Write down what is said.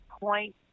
point